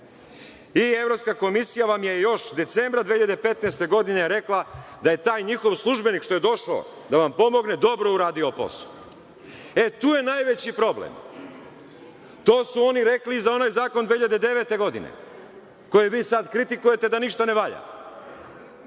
Evropska komisija vam je još decembra 2015. godine rekla da je taj njihov službenik, što je došao da vam pomogne, dobro uradio svoj posao. Tu je najveći problem. To su oni rekli za onaj zakon 2009. godine koji vi sada kritikujete da ništa ne valja. Kada